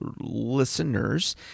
listeners